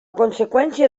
conseqüència